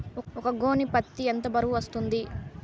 ఒక గోనె పత్తి ఎంత బరువు వస్తుంది?